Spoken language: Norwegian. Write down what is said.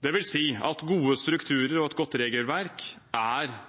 Det vil si at gode strukturer og et godt regelverk er